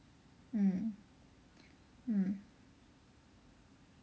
mm mm